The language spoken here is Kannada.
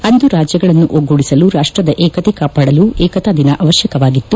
ಅಂದು ರಾಜ್ಯಗಳನ್ನು ಒಗ್ಗೂಡಿಸಲು ರಾಷ್ಪದ ಏಕತೆ ಕಾಪಾಡಲು ಏಕತಾ ದಿನದ ಅವಶ್ವಕವಾಗಿತ್ತು